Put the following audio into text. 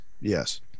yes